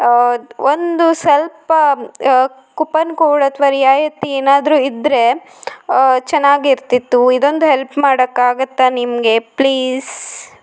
ಒಂದು ಸ್ವಲ್ಪ coupon code ಅಥವಾ ರಿಯಾಯಿತಿ ಏನಾದರು ಇದ್ದರೆ ಚೆನ್ನಾಗಿರ್ತಿತ್ತು ಇದೊಂದು ಹೆಲ್ಪ್ ಮಾಡಕ್ಕೆ ಆಗುತ್ತಾ ನಿಮಗೆ ಪ್ಲೀಸ್